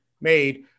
made